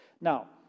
Now